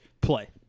play